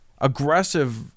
aggressive